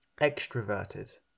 extroverted